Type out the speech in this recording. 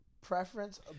preference